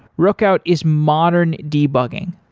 rookout is modern debugging.